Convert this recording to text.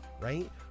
right